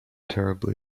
terribly